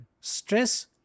stress